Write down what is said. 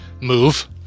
move